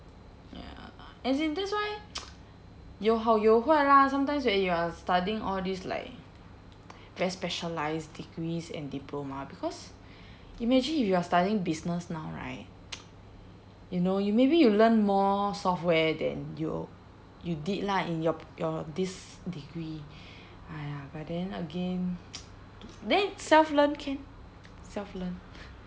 ya as in that's why 有好有坏 lah sometimes when you are studying all these like very specialised degrees and diploma because imagine if you are studying business now right you know you maybe you learn more software than you you did lah in your your this degree !aiya! but then again then self-learn can self-learn